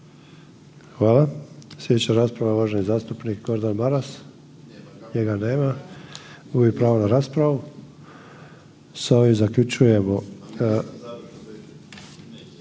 Hvala. Sljedeća rasprava uvaženi zastupnik Gordan Maras. Njega nema, gubi pravo na raspravu. Konstatiram